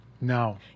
No